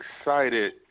excited